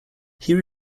here